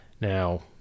Now